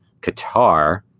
Qatar